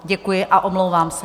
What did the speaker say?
Děkuji a omlouvám se.